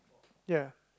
ya